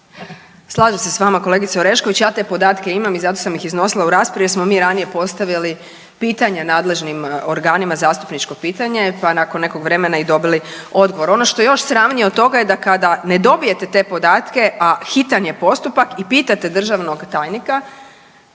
Slažem se s vama kolegice Orešković, ja te podatke imam i zato sam ih iznosila u raspravi jer smo mi ranije postavili pitanje nadležnim organima, zastupničko pitanje pa nakon nekog vremena i dobili odgovor. Ono što je još sramnije od toga je da kada ne dobijete te podatke, a hitan je postupak i pitate državnog tajnika